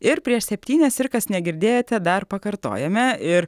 ir prieš septynias ir kas negirdėjote dar pakartojame ir